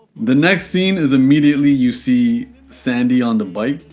the next scene is immediately you see sandy on the bike.